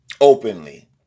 Openly